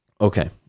Okay